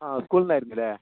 ആ സ്കൂളിന്ന് ആയിരിക്കുമല്ലേ